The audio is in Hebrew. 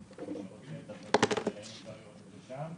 אז מי שרוצה אני מפנה אותו לשם.